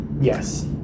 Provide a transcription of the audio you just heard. Yes